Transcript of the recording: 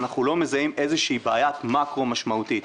אנחנו לא מזהים איזושהי בעיית מאקרו משמעותית.